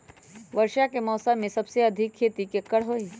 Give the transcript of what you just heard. वर्षा के मौसम में सबसे अधिक खेती केकर होई?